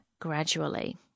gradually